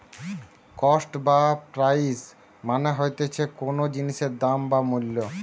cost বা price মানে হতিছে কোনো জিনিসের দাম বা মূল্য